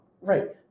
Right